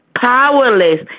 powerless